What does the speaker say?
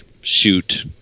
shoot